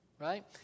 right